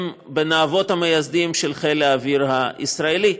הם בין האבות המייסדים של חיל האוויר הישראלי,